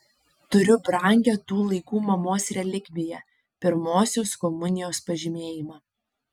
turiu brangią tų laikų mamos relikviją pirmosios komunijos pažymėjimą